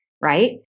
right